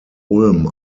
ulm